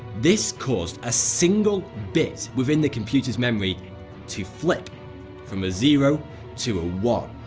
this caused a single bit within the computer's memory to flip from a zero to a one,